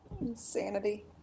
Insanity